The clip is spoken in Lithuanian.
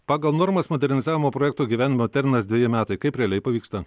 pagal normas modernizavimo projekto įgyvendinimo terminas dveji metai kaip realiai pavyksta